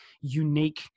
unique